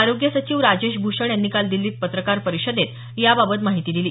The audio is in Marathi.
आरोग्य सचिव राजेश भूषण यांनी काल दिल्लीत पत्रकार परिषदेत याबाबत माहिती दिली